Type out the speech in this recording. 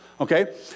okay